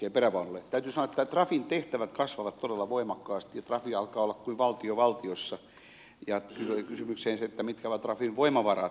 täytyy sanoa että trafin tehtävät kasvavat todella voimakkaasti trafi alkaa olla kuin valtio valtiossa ja tulee kysymykseen se mitkä ovat trafin voimavarat